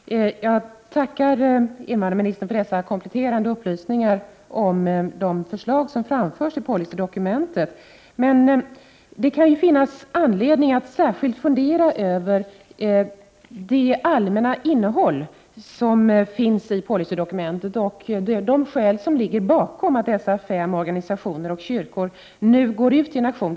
Herr talman! Jag tackar invandrarministern för dessa kompletterande upplysningar om vad som framförts i policydokumentet. Men det kan finnas anledning att särskilt fundera över det allmänna innehåll som finns i policydokumentet. Det är de skälen som ligger bakom att dessa fem organisationer och kyrkor nu går ut i en aktion.